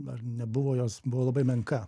ar nebuvo jos buvo labai menka